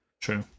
True